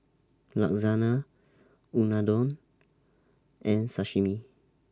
Lasagne Unadon and Sashimi